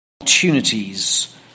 opportunities